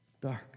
dark